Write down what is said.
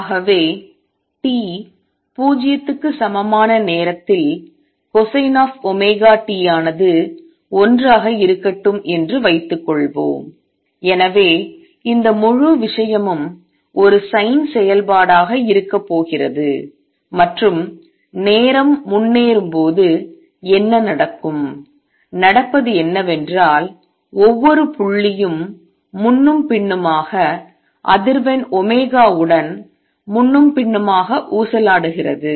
ஆகவே t 0 க்கு சமமான நேரத்தில் cosine of ஒமேகா t ஆனது 1 ஆக இருக்கட்டும் என்று வைத்துக் கொள்வோம் எனவே இந்த முழு விஷயமும் ஒரு sin செயல்பாடாக இருக்கப் போகிறது மற்றும் நேரம் முன்னேறும்போது என்ன நடக்கும் நடப்பது என்னவென்றால் ஒவ்வொரு புள்ளியும் முன்னும் பின்னுமாக அதிர்வெண் உடன் முன்னும் பின்னுமாக ஊசலாடுகிறது